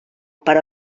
per